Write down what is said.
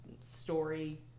story